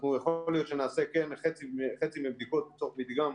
יכול להיות שנעשה חצי מהבדיקות לצורך מדגם,